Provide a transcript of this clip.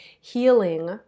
healing